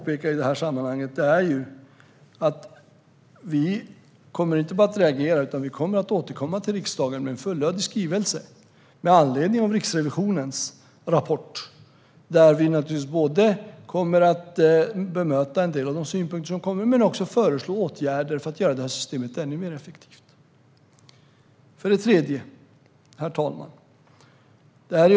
I detta sammanhang vill jag även påpeka att vi inte bara kommer att reagera utan vi kommer att återkomma till riksdagen med en fullödig skrivelse med anledning av Riksrevisionens rapport. Vi kommer både att bemöta en del av de synpunkter som har kommit och föreslå åtgärder för att göra systemet ännu mer effektivt. Herr talman!